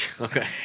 Okay